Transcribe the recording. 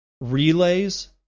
relays